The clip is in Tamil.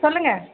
சொல்லுங்க